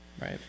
Right